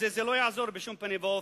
זה לא יעזור בשום פנים ואופן.